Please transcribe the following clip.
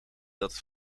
dat